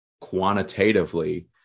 quantitatively